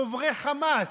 דוברי חמאס,